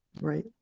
Right